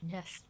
Yes